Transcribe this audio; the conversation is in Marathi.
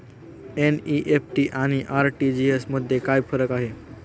एन.इ.एफ.टी आणि आर.टी.जी.एस मध्ये काय फरक आहे?